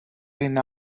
been